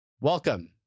Welcome